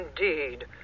indeed